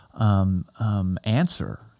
answer